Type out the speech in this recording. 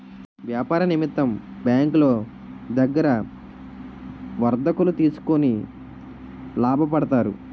వ్యాపార నిమిత్తం బ్యాంకులో దగ్గర వర్తకులు తీసుకొని లాభపడతారు